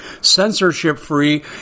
censorship-free